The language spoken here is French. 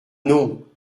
non